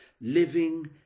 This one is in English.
living